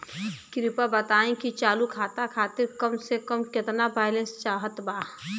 कृपया बताई कि चालू खाता खातिर कम से कम केतना बैलैंस चाहत बा